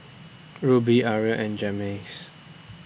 Ruby Uriel and Jaymes